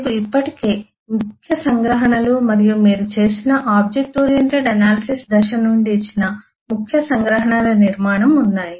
మీకు ఇప్పటికే ముఖ్య సంగ్రహణలు మరియు మీరు చేసిన ఆబ్జెక్ట్ ఓరియెంటెడ్ అనాలిసిస్ దశ నుండి ఇచ్చిన ముఖ్య సంగ్రహణల నిర్మాణం ఉన్నాయి